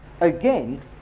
again